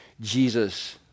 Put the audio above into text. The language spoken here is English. Jesus